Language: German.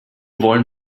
wollen